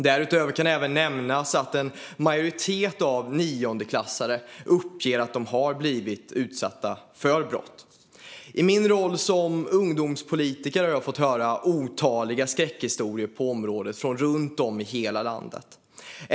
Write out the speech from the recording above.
Därutöver kan även nämnas att en majoritet av niondeklassare uppger att de har blivit utsatta för brott. I min roll som ungdomspolitiker har jag fått höra otaliga skräckhistorier på området från runt om i hela landet.